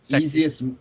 Easiest